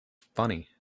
funny